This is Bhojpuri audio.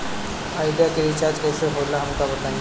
आइडिया के रिचार्ज कईसे होला हमका बताई?